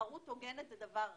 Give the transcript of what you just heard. תחרות הוגנת זה דבר רע.